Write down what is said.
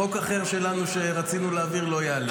חוק אחר שלנו שרצינו להעביר לא יעלה.